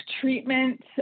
treatment